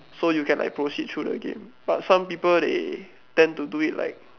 so you can like proceed through the game but some people they tend to do it like